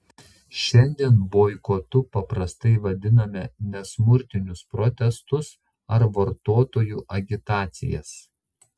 šiandien boikotu paprastai vadiname nesmurtinius protestus ar vartotojų agitacijas